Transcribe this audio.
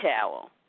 towel